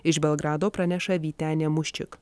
iš belgrado praneša vytenė muščik